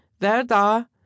Verda